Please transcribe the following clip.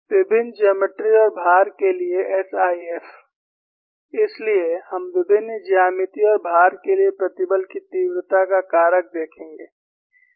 विभिन्न जिओमेट्री और भार के लिए SIF इसलिए हम विभिन्न ज्यामितीय और भार के लिए प्रतिबल की तीव्रता का कारक देखेंगे